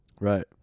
Right